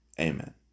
amen